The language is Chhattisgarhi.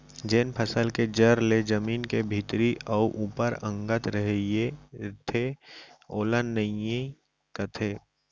जेन फसल के जर ले जमीन के भीतरी अउ ऊपर अंगत रइथे ओला नइई कथें